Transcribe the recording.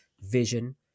vision